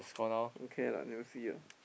don't care lah never see ah